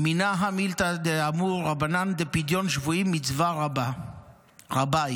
מנא הא מילתא דאמור רבנן דפדיון שבויים מצווה רבה היא?